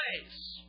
place